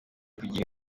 kugira